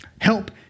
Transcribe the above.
Help